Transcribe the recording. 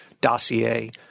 dossier